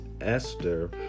Esther